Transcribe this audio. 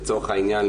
לצורך העניין,